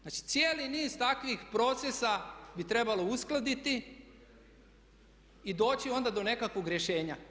Znači, cijeli niz takvih procesa bi trebalo uskladiti i doći onda do nekakvog rješenja.